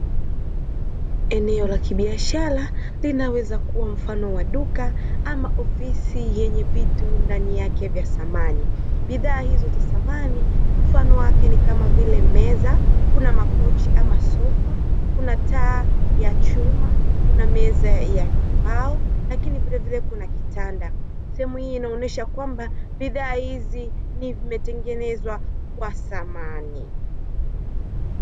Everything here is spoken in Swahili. Eneo la kibiashara linaweza kuwa mfano wa duka ama ofisi yenye vitu ndani yake vya thamani. Bidhaa hizo za samani, mfano wake ni kama vile: meza, kuna makochi ama sofa, kuna taa ya chuma, kuna meza ya mbao, lakini vile vile kuna kitanda. Sehemu hii inaonyesha kwamba bidhaa hizi zimetengenezwa kwa samani.